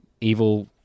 evil